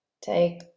Take